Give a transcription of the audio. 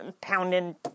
pounding